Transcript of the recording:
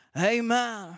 Amen